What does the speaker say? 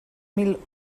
mil